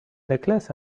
necklace